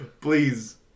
Please